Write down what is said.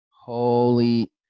Holy –